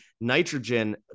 nitrogen